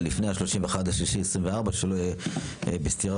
שלפני ה-31.3.24 שלא יהיה בסתירה